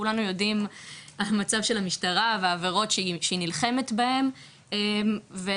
כולנו יודעים המצב של המשטרה ועבירות שהיא נלחמת בהם וכמובן,